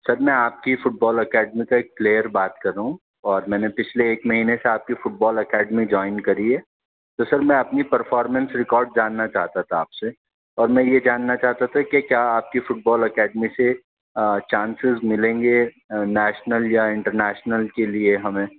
سر میں آپ کی فٹ بال اکیڈمی کا ایک پلیئر بات کر رہا ہوں اور میں نے پچھلے ایک مہینے سے آپ کی فٹ بال اکیڈمی جوائن کری ہے تو سر میں اپنی پرفارارمنس ریکارڈ جاننا چاہتا تھا آپ سے اور میں یہ جاننا چاہتا تھا کہ کیا آپ کی فٹ بال اکیڈمی سے چانسیز ملیں گے نیشنل یا انٹرنیشنل کے لیے ہمیں